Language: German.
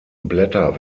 blätter